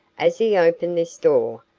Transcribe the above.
as he opened this door,